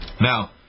Now